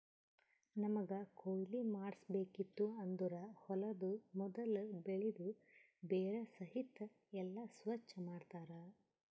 ನಮ್ಮಗ್ ಕೊಯ್ಲಿ ಮಾಡ್ಸಬೇಕಿತ್ತು ಅಂದುರ್ ಹೊಲದು ಮೊದುಲ್ ಬೆಳಿದು ಬೇರ ಸಹಿತ್ ಎಲ್ಲಾ ಸ್ವಚ್ ಮಾಡ್ತರ್